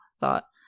thought